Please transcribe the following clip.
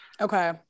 Okay